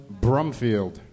Brumfield